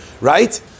right